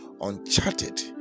uncharted